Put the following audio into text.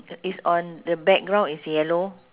it's on the background is yellow